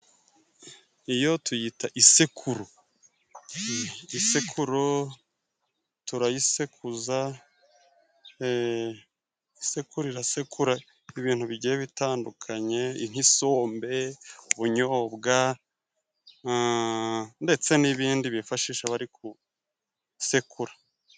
Iyo tuyita isekuru. Isekuru turayisekuza, isekuru irasekura ibintu bigiye bitandukanye nk'isombe, ubunyobwa, ndetse n'ibindi bifashisha bari gusekura.